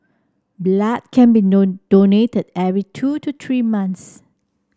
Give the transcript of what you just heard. blood can be donated every two to three months